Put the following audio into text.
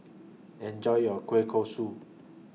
Enjoy your Kueh Kosui